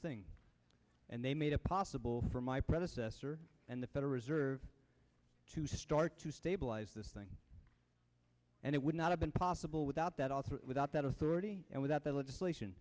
thing and they made it possible for my predecessor and the federal reserve to start to stabilize this thing and it would not have been possible without that also without that authority and without that legislation